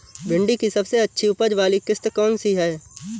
भिंडी की सबसे अच्छी उपज वाली किश्त कौन सी है?